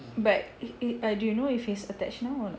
but err do you know if he's attached now or not